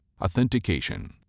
Authentication